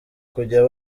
kujya